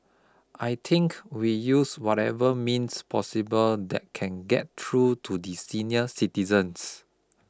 I think we use whatever means possible that can get through to the senior citizens